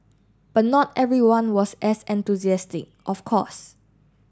but not everyone was as enthusiastic of course